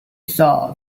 saw